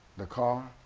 the car?